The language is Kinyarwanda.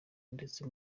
ndetse